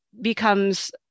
becomes